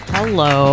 Hello